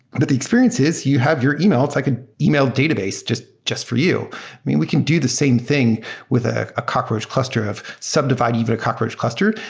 but the experience is you have your email. it's like an email database just just for you. i mean, we can do the same thing with ah a cockroach cluster of subdivide even a cockroach cluster.